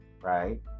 right